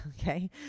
Okay